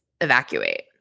evacuate